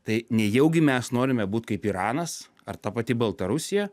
tai nejaugi mes norime būt kaip iranas ar ta pati baltarusija